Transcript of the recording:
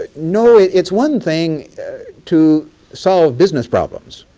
ah no, it's one thing to solve business problems,